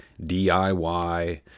DIY